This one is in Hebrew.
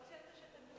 סליחה?